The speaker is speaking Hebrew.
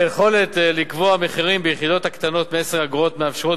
היכולת לקבוע מחירים ביחידות הקטנות מ-10 אגורות מאפשרת